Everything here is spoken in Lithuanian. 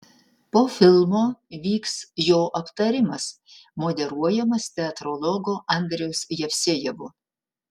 po filmo vyks jo aptarimas moderuojamas teatrologo andriaus jevsejevo